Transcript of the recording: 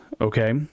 Okay